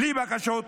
בלי בקשות,